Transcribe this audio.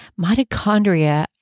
Mitochondria